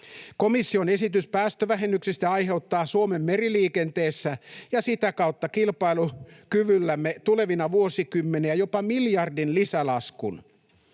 Komission esitys päästövähennyksistä aiheuttaa Suomen meriliikenteessä ja sitä kautta kilpailukyvyllemme tulevina vuosikymmeninä jopa miljardin lisälaskun.